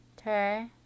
Okay